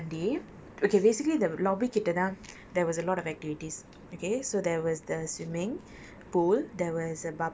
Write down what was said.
so that was happening அப்புறம்:appurom resort அந்த:antha swimming கே தாண்டி:ke thaandi okay basically the lobby கிட்டைதான்:kittai thaan there was a lot of activities okay so there was the swimming